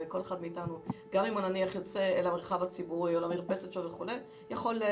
כל אחד מאתנו שיוצא אל המרחב הציבורי או למרפסת שלו יכול בהחלט